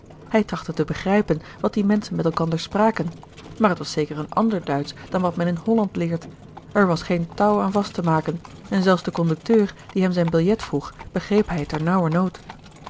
mevrouw de tonnette begrijpen wat die menschen met elkander spraken maar t was zeker een ander duitsch dan wat men in holland leert er was geen touw aan vast te maken en zelfs de conducteur die hem zijn biljet vroeg begreep hij